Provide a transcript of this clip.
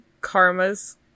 Karma's